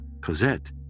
Cosette